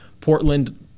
Portland